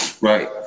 Right